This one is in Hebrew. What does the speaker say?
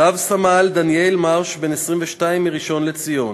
רב-סמל (במיל.) דניאל מרש, בן 22, מראשון-לציון,